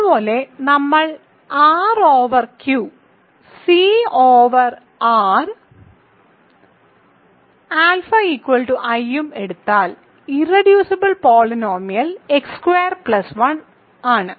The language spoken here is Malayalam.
അതുപോലെ നിങ്ങൾ R over Q C over R α i യും എടുത്താൽ ഇർറെഡ്യൂസിബിൾ പോളിനോമിയൽ x2 1 ആണ്